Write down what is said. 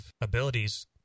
abilities